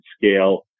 scale